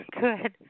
Good